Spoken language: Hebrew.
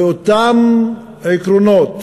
ואותם עקרונות